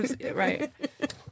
right